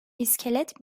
i̇skelet